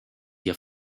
hier